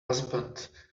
husband